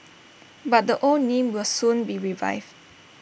but the old name will soon be revived